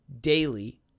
daily